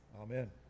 Amen